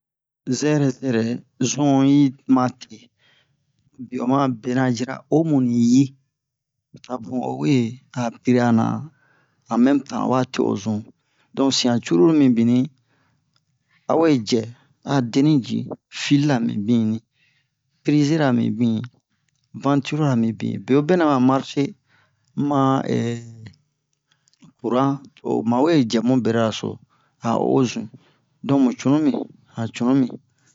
zɛrɛ zɛrɛ zun yi ma te to biye oma bena jira omu ni yi to a bun o wee a piri'a na an-mɛme-tan owa te o zun donk siyan curulu mibinni awe cɛ a de ni ji file-la mibinni prizira mibinni vantilo-ra mibin bewobe nɛ ma marshe ma kuran to o ma wee jɛ mu beraraso a o o zun donk mu cunumi han cunumi